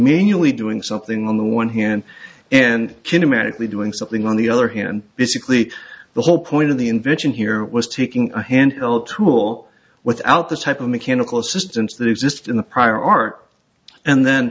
manually doing something on the one hand and kinematic me doing something on the other hand basically the whole point of the invention here was taking a hand held tool without the type of mechanical assistance that exist in the prior art and then